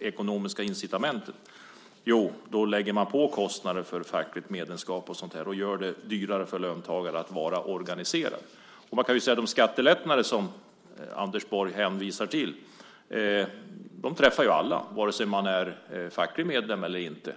ekonomiska incitamenten? Jo, då lägger man på kostnader för fackligt medlemskap och gör det dyrare för löntagare att vara organiserade. De skattelättnader som Anders Borg hänvisar till träffar alla vare sig man är facklig medlem eller inte.